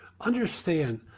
understand